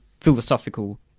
philosophical